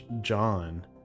John